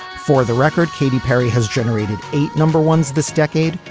for the record katy perry has generated eight number ones this decade.